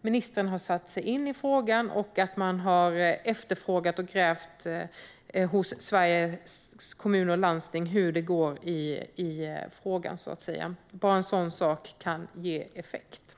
ministern har satt sig in i frågan och att man har krävt att Sveriges Kommuner och Landsting ska redogöra för hur det går i frågan. Bara en sådan sak kan ge effekt.